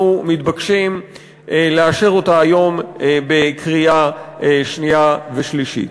מתבקשים לאשר היום בקריאה שנייה ושלישית.